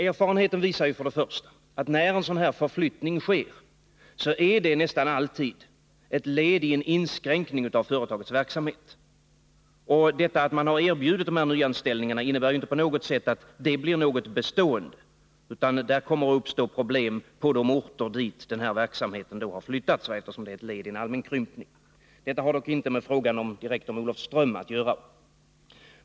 Erfarenheten visar att när en sådan här förflyttning sker är det nästan alltid ett led i en inskränkning av företagets verksamhet. Detta att man erbjuder nyanställningar innebär inte att de blir bestående, utan problem kommer att uppstå på de orter dit denna verksamhet har flyttats, eftersom nedläggningen är ett led i en allmän krympning. Detta har dock inte direkt med frågan om Olofström att göra.